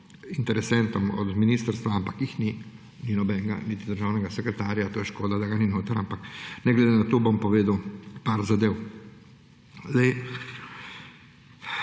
interesentom od ministrstva, ampak jih ni. Ni nobenega, niti državnega sekretarja, to je škoda, da ga ni, ampak ne glede na to bom povedal par zadev.